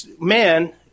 man